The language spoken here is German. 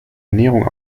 ernährung